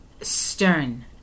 stern